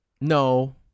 No